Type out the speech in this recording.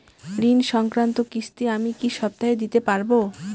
ঋণ সংক্রান্ত কিস্তি আমি কি সপ্তাহে দিতে পারবো?